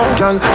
girl